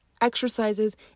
exercises